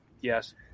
yes